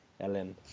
Ellen